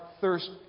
thirst